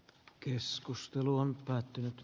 keskustelu on päättynyt